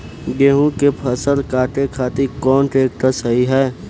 गेहूँ के फसल काटे खातिर कौन ट्रैक्टर सही ह?